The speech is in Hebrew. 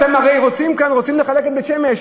אתם הרי רוצים לחלק את בית-שמש.